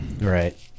right